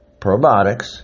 probiotics